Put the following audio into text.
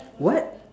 what